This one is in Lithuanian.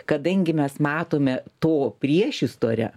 kadangi mes matome to priešistorę